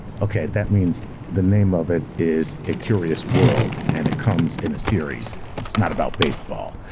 okay, that means the name of it is a curious world and it comes in a series it's not about baseball.